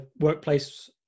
workplace